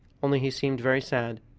only he seemed very sad,